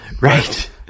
Right